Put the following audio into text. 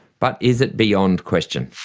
but is it beyond question?